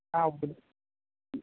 हां